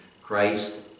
Christ